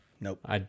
Nope